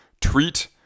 treat